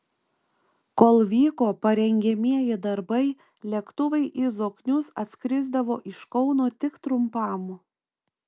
kol vyko parengiamieji darbai lėktuvai į zoknius atskrisdavo iš kauno tik trumpam